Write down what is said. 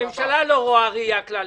הממשלה לא רואה ראייה כלל-ישראלית.